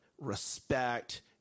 respect